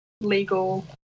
legal